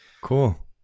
Cool